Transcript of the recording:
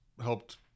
helped